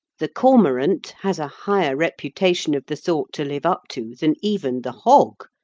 the cormorant has a higher reputation of the sort to live up to than even the hog,